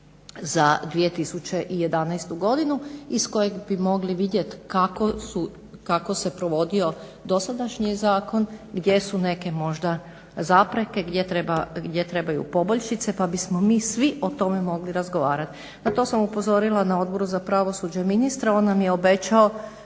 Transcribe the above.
za 2011. godinu iz kojeg bi mogli vidjet kako se provodio dosadašnji zakon, gdje su neke možda zapreke, gdje trebaju poboljšice pa bismo mi svi o tome mogli razgovarat. Na to sam upozorila na Odboru za pravosuđe ministra, on nam je obećao